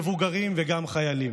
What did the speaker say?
מבוגרים וגם חיילים,